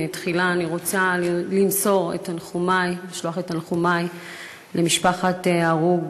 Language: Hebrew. תחילה אני רוצה לשלוח את תנחומי למשפחת ההרוג,